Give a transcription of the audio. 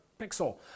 pixel